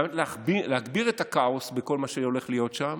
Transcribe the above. על מנת להגביר את הכאוס בכל מה שהולך להיות שם